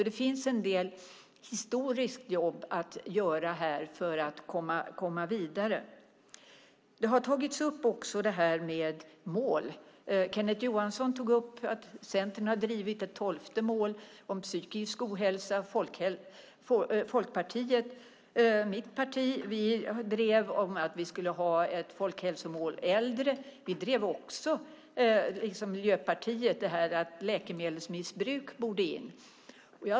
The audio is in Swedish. Det finns en del historiskt jobb att göra för att komma vidare. Man har också tagit upp detta med mål. Kenneth Johansson tog upp att Centern har drivit ett tolfte mål om psykisk ohälsa. Mitt parti, Folkpartiet, drev ett folkhälsomål Äldre. Vi drev också, liksom Miljöpartiet, att läkemedelsmissbruk borde in.